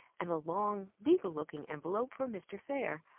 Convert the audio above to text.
and a long, legal-looking envelope for mr. fair.